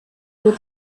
with